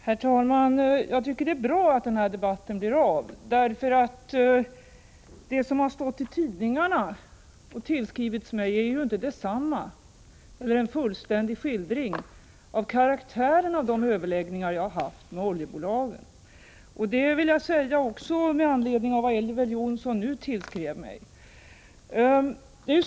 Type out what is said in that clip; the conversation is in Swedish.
Herr talman! Jag tycker det är bra att den här debatten blir av. Det som har stått i tidningarna och tillskrivits mig är ju inte detsamma som eller en fullständig skildring av karaktären av de överläggningar som jag haft med oljebolagen. Det vill jag säga också med anledning av vad Elver Jonsson nu tillskrev mig.